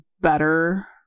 better